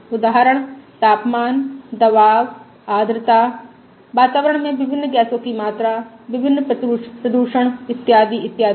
उदाहरण तापमान दबाव आद्रता वातावरण में विभिन्न गैसों की मात्रा विभिन्न प्रदूषण इत्यादि इत्यादि